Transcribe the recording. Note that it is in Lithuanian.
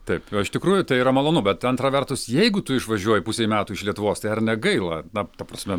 taip iš tikrųjų tai yra malonu bet antra vertus jeigu tu išvažiuoji pusei metų iš lietuvos tai ar negaila na ta prasme